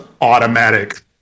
automatic